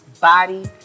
Body